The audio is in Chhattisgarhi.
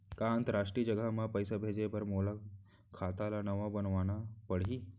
का अंतरराष्ट्रीय जगह म पइसा भेजे बर मोला खाता ल नवा बनवाना पड़ही?